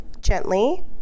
gently